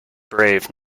brave